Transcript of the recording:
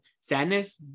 Sadness